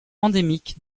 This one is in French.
endémique